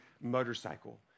motorcycle